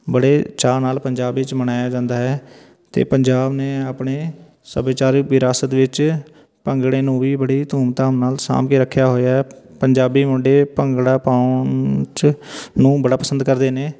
ਬੜੇ ਚਾਅ ਨਾਲ ਪੰਜਾਬ ਵਿੱਚ ਮਨਾਇਆ ਜਾਂਦਾ ਹੈ ਅਤੇ ਪੰਜਾਬ ਨੇ ਆਪਣੇ ਸੱਭਿਆਚਾਰਕ ਵਿਰਾਸਤ ਵਿੱਚ ਭੰਗੜੇ ਨੂੰ ਵੀ ਬੜੀ ਧੂਮਧਾਮ ਨਾਲ ਸਾਂਭ ਕੇ ਰੱਖਿਆ ਹੋਇਆ ਪੰਜਾਬੀ ਮੁੰਡੇ ਭੰਗੜਾ ਪਾਉਣ 'ਚ ਨੂੰ ਬੜਾ ਪਸੰਦ ਕਰਦੇ ਨੇ